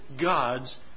God's